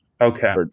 Okay